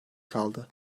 kaldı